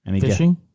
Fishing